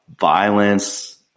violence